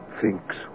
thinks